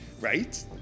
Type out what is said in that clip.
right